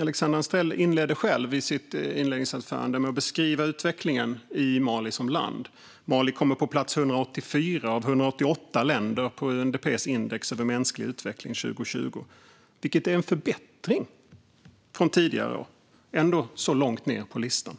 Alexandra Anstrell inledde själv sitt inledningsanförande med att beskriva utvecklingen i Mali som land. Mali kommer på plats 184 av 188 länder i det europeiska indexet för mänsklig utveckling 2020, vilket är en förbättring jämfört med tidigare år. Ändå är Mali så långt ned på listan.